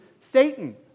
Satan